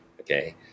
Okay